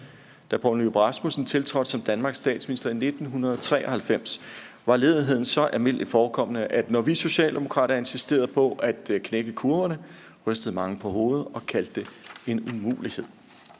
Da Poul Nyrup Rasmussen tiltrådte som Danmarks statsminister i 1993, var ledigheden så almindeligt forekommende, at når vi Socialdemokrater insisterede på at knække kurverne, rystede mange på hovedet og kaldte det en umulighed.